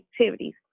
activities